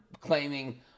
claiming